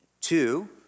Two